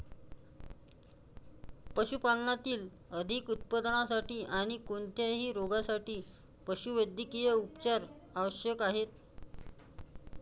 पशुपालनातील अधिक उत्पादनासाठी आणी कोणत्याही रोगांसाठी पशुवैद्यकीय उपचार आवश्यक आहेत